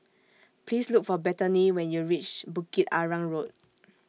Please Look For Bethany when YOU REACH Bukit Arang Road